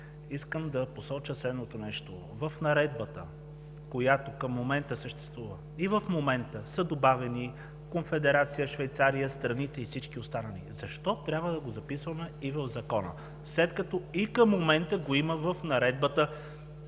искам да посоча следното. В Наредбата, която към момента съществува, са добавени Конфедерация Швейцария, страните и всички останали. Защо трябва да го записваме и в закона, след като и към момента го има в Наредбата?